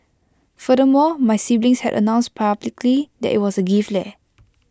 furthermore my siblings had announced publicly that IT was A gift leh